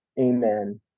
Amen